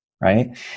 right